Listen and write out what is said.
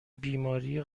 بیماری